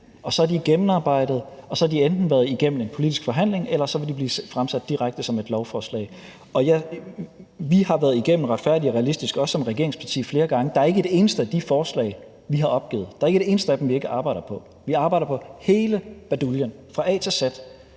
og så er de gennemarbejdede; så har de enten været igennem en politisk forhandling, eller også vil de blevet fremsat direkte som lovforslag. Vi har været igennem »Retfærdig og realistisk – en udlændingepolitik, der samler Danmark«, også som regeringsparti, flere gange. Der er ikke et eneste af de forslag, vi har opgivet; der er ikke et eneste af dem, vi ikke arbejder på. Vi arbejder på hele baduljen fra A til Z,